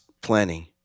planning